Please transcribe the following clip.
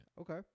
Okay